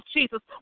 Jesus